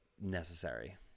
necessary